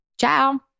Ciao